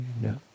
no